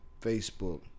Facebook